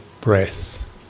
breath